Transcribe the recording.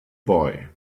boy